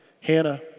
Hannah